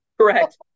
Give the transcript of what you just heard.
Correct